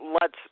lets